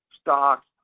stocks